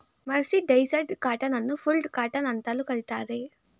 mercerised cotton ಅನ್ನು ಫುಲ್ಡ್ cotton ಅಂತಲೂ ಕರಿತಾರೆ